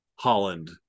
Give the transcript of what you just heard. Holland